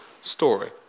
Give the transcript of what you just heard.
story